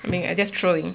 I mean I just throwing